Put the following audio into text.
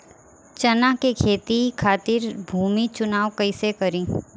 चना के खेती खातिर भूमी चुनाव कईसे करी?